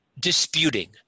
disputing